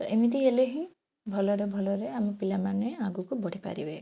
ଏମିତି ହେଲେ ହିଁ ଭଲରେ ଭଲରେ ଆମେ ପିଲାମାନେ ଆଗକୁ ବଢ଼ିପାରିବେ